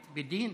בדין.